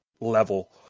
level